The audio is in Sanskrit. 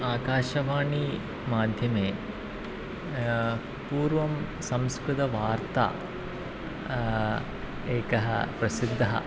आकाशवाणी माध्यमे पूर्वं संस्कृतवार्ता एकः प्रसिद्धः